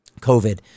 COVID